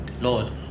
Lord